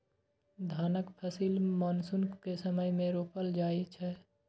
धानक फसिल मानसून के समय मे रोपल जाइ छै